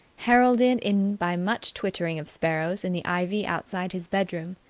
heralded in by much twittering of sparrows in the ivy outside his bedroom.